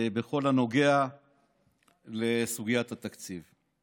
בכל הנוגע לסוגיית התקציב.